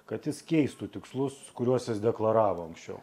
kad jis keistų tikslus kuriuos jis deklaravo anksčiau